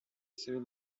civil